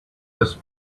this